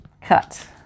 cut